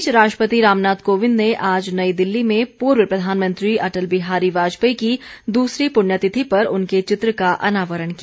इस बीच राष्ट्रपति रामनाथ कोविंद ने आज नई दिल्ली में पूर्व प्रधानमंत्री अटल बिहारी वाजपेयी की दूसरी पृण्यतिथि पर उनके चित्र का अनावरण किया